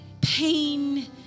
pain